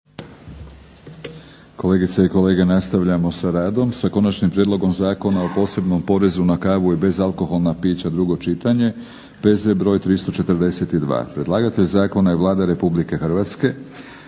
Kolegice i kolege nastavljamo sa radom. Sa - Konačnim prijedlogom Zakona o posebnom porezu na kavu i bezalkoholna pića, drugo čitanje. P.Z. br. 342; Predlagatelj zakona je Vlada Republike Hrvatske.